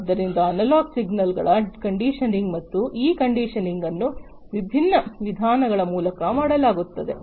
ಆದ್ದರಿಂದ ಅನಲಾಗ್ ಸಿಗ್ನಲ್ಗಳ ಕಂಡೀಷನಿಂಗ್ ಮತ್ತು ಈ ಕಂಡೀಷನಿಂಗ್ ಅನ್ನು ವಿಭಿನ್ನ ವಿಧಾನಗಳ ಮೂಲಕ ಮಾಡಲಾಗುತ್ತದೆ